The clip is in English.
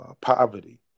poverty